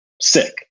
sick